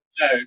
no